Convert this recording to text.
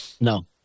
no